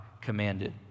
commanded